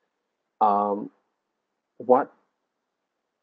um what